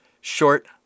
Short